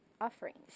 offerings